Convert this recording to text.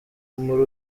muri